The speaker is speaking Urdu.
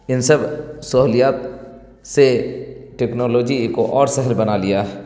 ان سب سہولیات سے ٹیکنالوجی کو اور سہل بنا لیا ہے